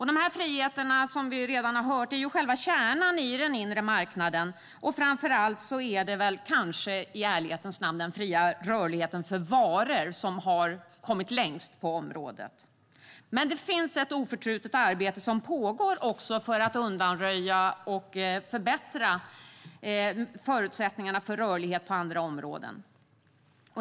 De här friheterna är, som vi redan har hört, själva kärnan i den inre marknaden. Framför allt är det kanske i ärlighetens namn den fria rörligheten för varor som har kommit längst. Men det pågår ett oförtrutet arbete för att undanröja hinder och förbättra förutsättningarna för rörlighet på andra områden.